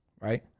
right